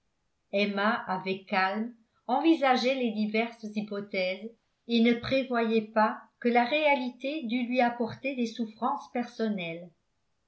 emma avec calme envisageait les diverses hypothèses et ne prévoyait pas que la réalité dût lui apporter des souffrances personnelles